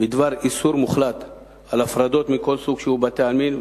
בדבר איסור מוחלט על הפרדות מכל סוג שהוא בבתי-העלמין,